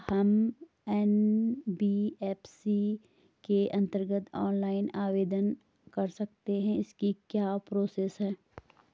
क्या हम एन.बी.एफ.सी के अन्तर्गत ऑनलाइन आवेदन कर सकते हैं इसकी क्या प्रोसेस है?